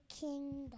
Kingdom